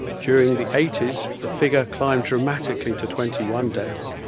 during the eighties the figure climbed dramatically to twenty one deaths,